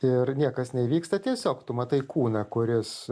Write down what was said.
ir niekas neįvyksta tiesiog tu matai kūną kuris